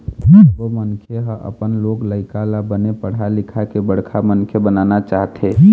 सब्बो मनखे ह अपन लोग लइका ल बने पढ़ा लिखा के बड़का मनखे बनाना चाहथे